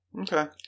Okay